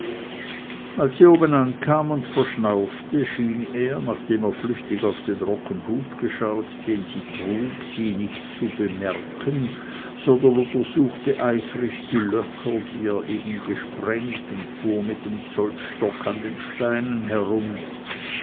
als sie oben ankam und verschnaufte schien er nachdem er flüchtig auf den rock und hut geschielt den sie trug sie nicht zu bemerken sondern untersuchte eifrig die löcher die er eben gesprengt und fuhr mit dem zollstock an den steinen herum